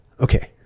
Okay